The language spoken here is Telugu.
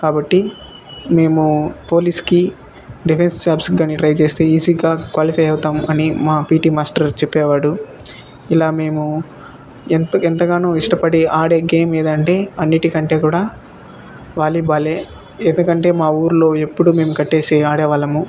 కాబట్టి మేము పోలీస్కి డిఫెన్స్ జాబ్స్కి కానీ ట్రై చేస్తే ఈజీగా క్వాలిఫై అవుతాము అని మా పీటీ మాస్టర్ చెప్పేవాడు ఇలా మేము ఎంత ఎంతగానో ఇష్టపడి ఆడే గేమ్ ఏదంటే అన్నింటికంటే కూడా వాలీబాలే ఎందకంటే మా ఊళ్ళో ఎప్పుడు మేము కట్టేసి ఆడేవాళ్ళము